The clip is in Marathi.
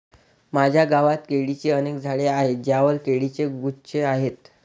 माझ्या गावात केळीची अनेक झाडे आहेत ज्यांवर केळीचे गुच्छ आहेत